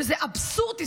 שזה אבסורד,